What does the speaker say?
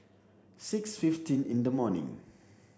six fifteen in the morning